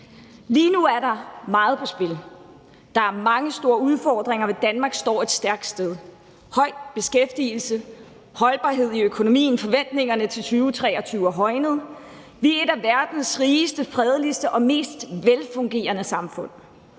Lige nu er der meget på spil. Der er mange store udfordringer, men Danmark står et stærkt sted. Der er høj beskæftigelse og holdbarhed i økonomien, og forventningerne til 2023 er højnet. Vi er et af verdens rigeste, fredeligste og mest velfungerende samfund.